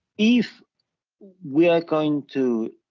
if we are going to